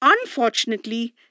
Unfortunately